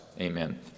amen